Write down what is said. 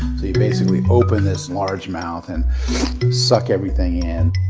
you basically open this large mouth and suck everything in.